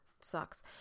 sucks